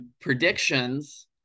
predictions